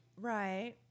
Right